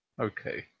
Okay